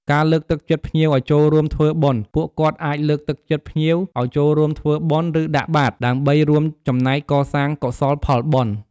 ការចាត់ចែងអីវ៉ាន់ បើសិនជាភ្ញៀវមានអីវ៉ាន់ច្រើន ពួកគាត់អាចជួយចាត់ចែង ឬរក្សាទុកឲ្យបានត្រឹមត្រូវ។